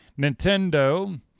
Nintendo